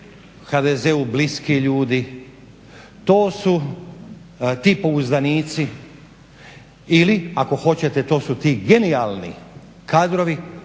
HDZ-u bliski ljudi, to su ti pouzdanici ili ako hoćete to su ti genijalni kadrovi